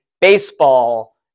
baseball